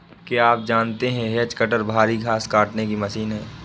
क्या आप जानते है हैज कटर भारी घांस काटने की मशीन है